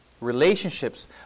relationships